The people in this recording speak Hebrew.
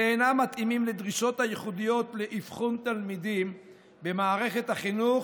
ואינם מתאימים לדרישות הייחודיות לאבחון תלמידים במערכת החינוך,